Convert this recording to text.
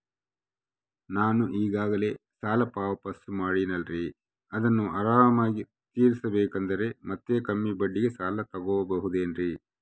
ನಾನು ಈಗಾಗಲೇ ಸಾಲ ವಾಪಾಸ್ಸು ಮಾಡಿನಲ್ರಿ ಅದನ್ನು ಆರಾಮಾಗಿ ತೇರಿಸಬೇಕಂದರೆ ಮತ್ತ ಕಮ್ಮಿ ಬಡ್ಡಿಗೆ ಸಾಲ ತಗೋಬಹುದೇನ್ರಿ?